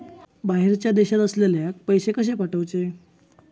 बाहेरच्या देशात असलेल्याक पैसे कसे पाठवचे?